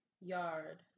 Yard